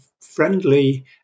friendly